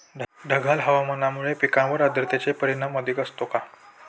ढगाळ हवामानामुळे पिकांवर आर्द्रतेचे परिणाम अधिक असतो का?